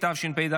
התשפ"ד,